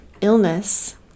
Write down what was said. illness